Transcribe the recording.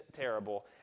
terrible